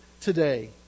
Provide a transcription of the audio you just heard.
today